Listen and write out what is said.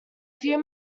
few